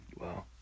Wow